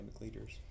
leaders